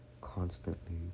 constantly